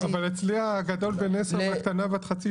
הישיבה ננעלה בשעה